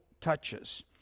touches